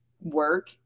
work